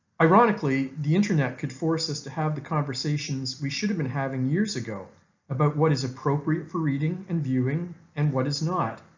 ironically, the internet could force us to have the conversations we should have been having years ago about what is appropriate for reading and viewing and what is not,